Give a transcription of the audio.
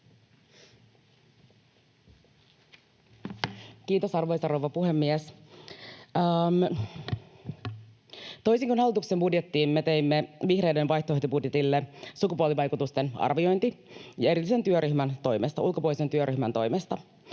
Kiitos, arvoisa rouva puhemies! Toisin kuin hallituksen budjetille, me teimme vihreiden vaihtoehtobudjetille sukupuolivaikutusten arvioinnin erillisen työryhmän toimesta,